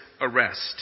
arrest